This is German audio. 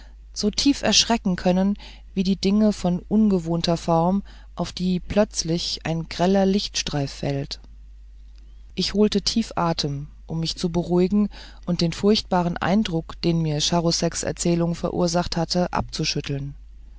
so tieferschrecken können wie die dinge von ungewohnter form auf die plötzlich ein greller lichtstreif fällt ich holte tief atem um mich zu beruhigen und den furchtbaren eindruck den mir charouseks erzählung verursacht hatte abzuschütteln